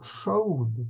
showed